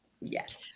Yes